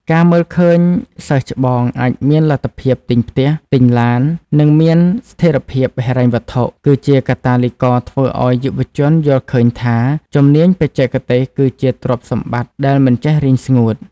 ការមើលឃើញសិស្សច្បងអាចមានលទ្ធភាពទិញផ្ទះ ទិញឡាន និងមានស្ថិរភាពហិរញ្ញវត្ថុ គឺជាកាតាលីករធ្វើឱ្យយុវជនយល់ឃើញថា ជំនាញបច្ចេកទេសគឺជាទ្រព្យសម្បត្តិដែលមិនចេះរីងស្ងួត។